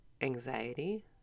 anxiety